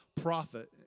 prophet